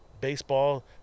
baseball